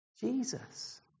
Jesus